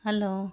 hello